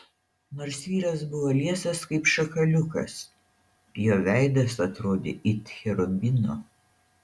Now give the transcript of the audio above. nors vyras buvo liesas kaip šakaliukas jo veidas atrodė it cherubino